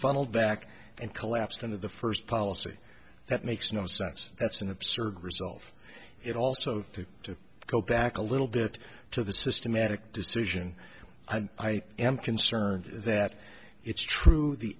funneled back and collapsed into the first policy that makes no sense that's an absurd result it also to to go back a little bit to the systematic decision and i am concerned that it's true the